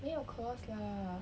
没有 claws lah